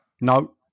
No